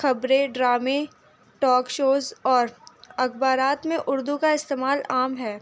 خبریں ڈرامے talk shows اور اخبارات میں اردو کا استعمال عام ہے